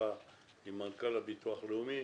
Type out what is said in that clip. שיחה עם מנכ"ל הביטוח הלאומי,